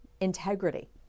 integrity